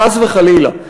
חס וחלילה,